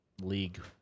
league